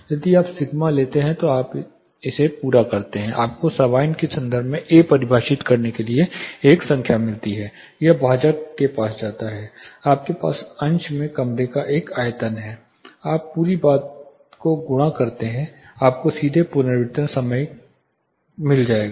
यदि आप सिग्मा लेते हैं तो आप इसे पूरा करते हैं आपको सबाइन के संदर्भ में ए परिभाषित के रूप में एक संख्या मिलती है यह भाजक के पास जाता है आपके पास अंश में कमरे की आयतन है आप पूरी बात को गुणा करते हैं आपको सीधे पुनर्वितरण का समय मिलेगा